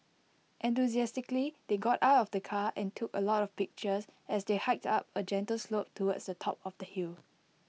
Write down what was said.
enthusiastically they got out of the car and took A lot of pictures as they hiked up A gentle slope towards the top of the hill